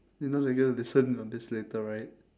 you know they're gonna listen in on this later right